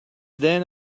then